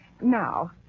Now